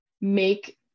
make